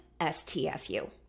STFU